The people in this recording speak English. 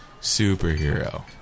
superhero